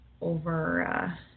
Over